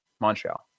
Montreal